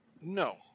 No